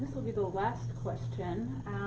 be the last question.